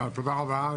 תודה רבה.